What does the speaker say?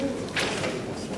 נתקבלו.